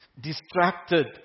distracted